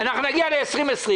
אנחנו נגיע ל-2020,